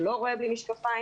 לא רואה בלי משקפיים,